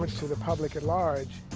but to the public at large.